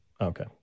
Okay